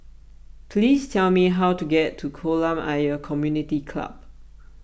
please tell me how to get to Kolam Ayer Community Club